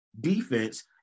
defense